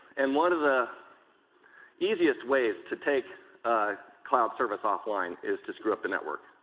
and one of the easiest ways to take ah cloud service off line is to screw up the network,